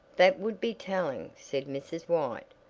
that would be telling, said mrs. white,